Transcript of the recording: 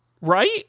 right